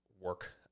work